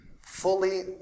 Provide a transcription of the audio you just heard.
fully